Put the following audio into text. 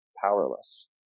powerless